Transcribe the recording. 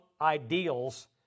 ideals